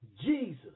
Jesus